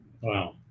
Wow